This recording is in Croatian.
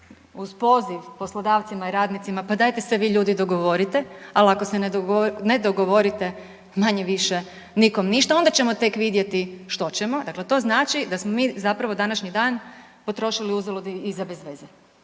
uz poziv poslodavcima i radnicima pa dajte se vi ljudi dogovorite, ali ako se ne dogovorite manje-više nikom ništa onda ćemo tek vidjeti što ćemo, dakle to znači da smo mi zapravo današnji dan potrošili uzalud i za bez veze.